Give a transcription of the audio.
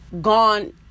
gone